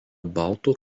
baltų